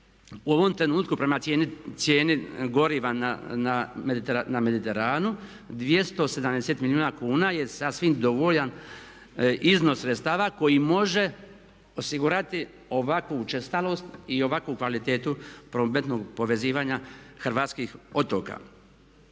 u ovom trenutku prema cijeni goriva na mediteranu 270 milijuna kuna je sasvim dovoljan iznos sredstava koji može osigurati ovakvu učestalost i ovakvu kvalitetu prometnog povezivanja hrvatskih otoka.